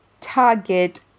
target